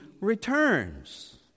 returns